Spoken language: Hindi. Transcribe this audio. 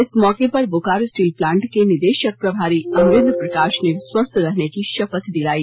इस मौके पर बोकारो स्टील प्लांट के निदेशक प्रभारी अमरेंद्र प्रकाश ने स्वस्थ रहने की शपथ दिलाई